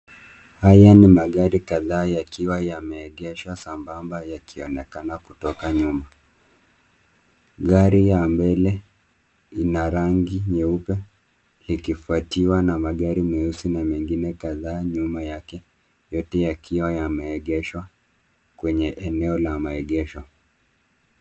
Haya ni magari kadhaa yakiwa yameegeshwa sambamba yakionekana kutoka nyuma. Gari ya mbele ina rangi nyeupe ikifwatiwa magari meusi na mengine kadhaa nyuma yake, yote yakiwa yameegeshwa kwenye eneo la maegesho.